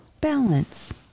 balance